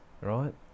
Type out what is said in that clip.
right